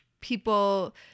people